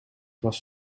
was